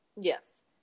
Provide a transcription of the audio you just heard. yes